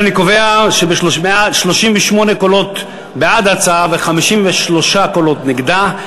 אני קובע ש-38 קולות בעד ההצעה ו-53 קולות נגדה,